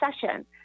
session